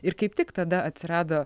ir kaip tik tada atsirado